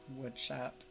Woodshop